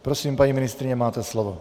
Prosím, paní ministryně, máte slovo.